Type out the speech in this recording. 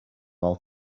all